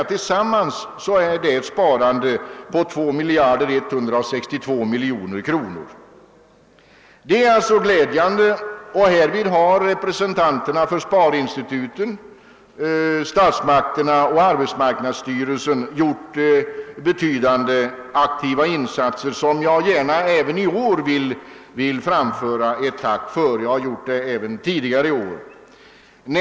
Tillsammans innebär det ett sparande på 2162 miljoner kronor. Detta är glädjande. I detta sammanhang har representanter för sparinstituten, statsmakterna och arbetsmarknadsstyrelsen gjort betydande, aktiva insatser, som jag gärna även i år vill framföra ett tack för; jag har gjort det också vid tidigare tillfällen.